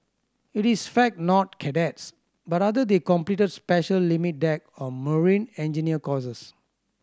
it is fact not cadets but rather they completed special limit deck or marine engineer courses